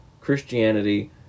Christianity